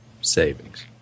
Savings